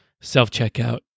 self-checkout